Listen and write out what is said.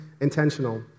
intentional